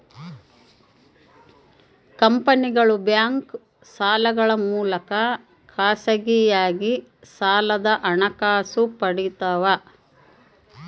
ಕಂಪನಿಗಳು ಬ್ಯಾಂಕ್ ಸಾಲಗಳ ಮೂಲಕ ಖಾಸಗಿಯಾಗಿ ಸಾಲದ ಹಣಕಾಸು ಪಡಿತವ